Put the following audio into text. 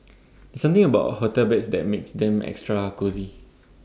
there's something about A hotel beds that makes them extra cosy